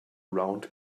round